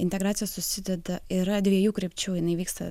integracija susideda yra dviejų krypčių jinai vyksta